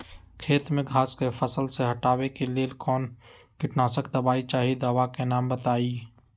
खेत में घास के फसल से हटावे के लेल कौन किटनाशक दवाई चाहि दवा का नाम बताआई?